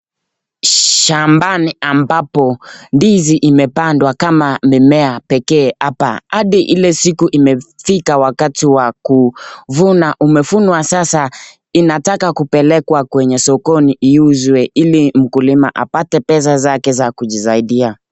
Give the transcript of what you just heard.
Shambani ambapo ndizi imepadwa kama mimea pekee apa, adi Ile siku imefika wakati wa kuvuna umevunwa sasa ,inataka kupelekwa kwenye sokoni iuzwe, ili mkulima apate pesa zake za kujisaidia.